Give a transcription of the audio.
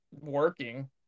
working